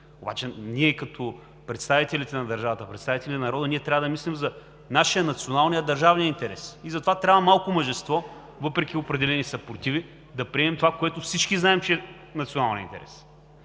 кажем. Ние като представители на държавата, представители на народа, трябва да мислим за нашия национален държавен интерес. За това трябва малко мъжество, въпреки определени съпротиви, да приемем това, което всички знаем, че е националният интерес.